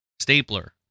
Stapler